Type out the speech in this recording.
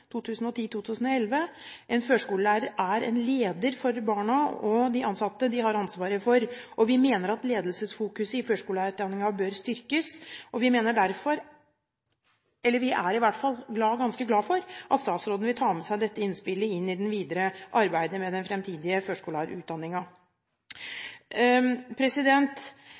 førskolelærer er en leder for barna og de ansatte de har ansvaret for. Høyre mener at ledelsesfokuset i førskolelærerutdanningen bør styrkes, og vi er i hvert fall ganske glad for at statsråden vil ta med seg dette innspillet inn i det videre arbeidet med den fremtidige